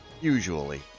usually